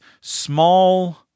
small